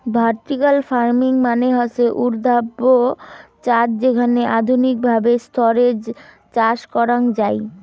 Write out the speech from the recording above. vertical farming মানে হসে উর্ধ্বাধ চাষ যেখানে আধুনিক ভাবে স্তরে চাষ করাঙ যাই